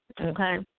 Okay